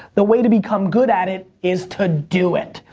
the way to become good at it is to do it.